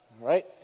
Right